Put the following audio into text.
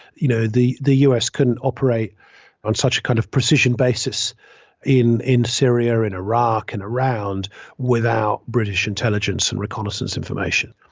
you know, the the us couldn't operate on such a kind of precision basis in in syria, in iraq and around without british intelligence and reconnaissance information.